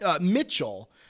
Mitchell